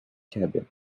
cabin